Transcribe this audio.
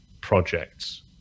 projects